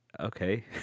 Okay